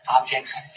objects